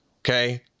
Okay